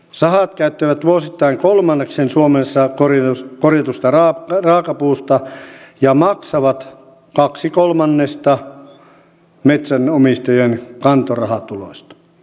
sahat käyttävät vuosittain kolmanneksen suomessa korjatusta raakapuusta ja maksavat kaksi kolmannesta metsänomistajien kantorahatuloista